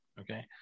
Okay